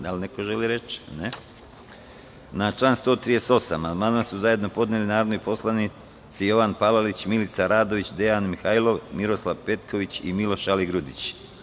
Da li neko želi reč? (Ne) Na član 138. amandman su zajedno podneli narodni poslanici Jovan Palalić, Milica Radović, Dejan Mihajlov, Miroslav Petković i Miloš Aligrudić.